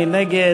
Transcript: מי נגד?